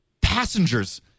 passengers